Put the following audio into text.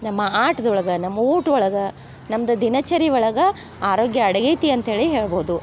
ನಮ್ಮ ಆಟ್ದೊಳಗೆ ನಮ್ಮ ಊಟೊಳಗೆ ನಮ್ದು ದಿನಚರಿ ಒಳಗೆ ಆರೋಗ್ಯ ಅಡಗೈತಿ ಅಂತ ಹೇಳಿ ಹೇಳ್ಬೋದು